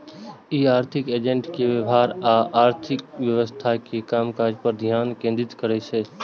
ई आर्थिक एजेंट के व्यवहार आ अर्थव्यवस्था के कामकाज पर ध्यान केंद्रित करै छै